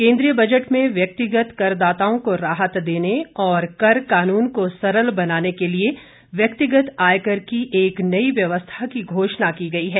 केन्द्रीय बजट में व्यक्तिगत करदाताओं को राहत देने और कर कानून को सरल बनाने के लिए व्यक्तिगत आयकर की एक नई व्यवस्था की घोषणा की गई है